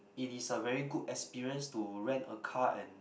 it is a very good experience to rent a car and